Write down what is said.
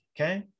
okay